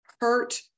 hurt